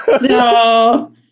No